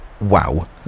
Wow